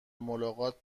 ملاقات